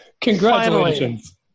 Congratulations